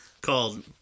Called